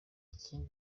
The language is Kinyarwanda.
ikindi